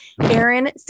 aaron